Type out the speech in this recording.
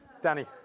Danny